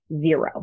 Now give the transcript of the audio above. Zero